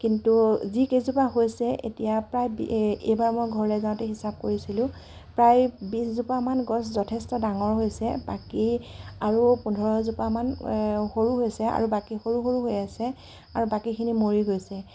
কিন্তু যিকেইজোপা হৈছে এতিয়া প্ৰায় এই এইবাৰ মই ঘৰলৈ যাওঁতে হিচাপ কৰিছিলোঁ প্ৰায় বিশজোপা মান গছ যথেষ্ট ডাঙৰ হৈছে বাকী আৰু পোন্ধৰজোপামান হৈও গৈছে আৰু বাকী সৰু সৰু হৈ আছে আৰু বাকীখিনি মৰি গৈছে